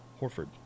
Horford